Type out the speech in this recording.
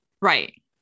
Right